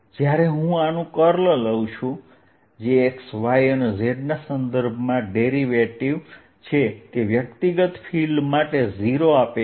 જયારે હું આનું કર્લ લઉં જે x y અને z ના સંદર્ભમાં ડેરિવેટિવ છે તે વ્યક્તિગત ફિલ્ડ માટે 0 આપે છે